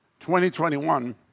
2021